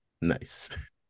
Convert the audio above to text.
Nice